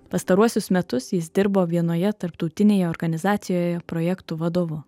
pastaruosius metus jis dirbo vienoje tarptautinėje organizacijoje projektų vadovu